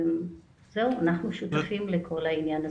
אנחנו שותפים לכל העניין הזה.